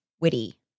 witty